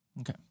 okay